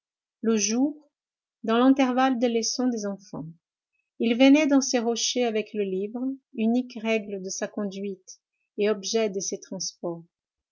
le jour dans l'intervalle des leçons des enfants il venait dans ces rochers avec le livre unique règle de sa conduite et objet de ses transports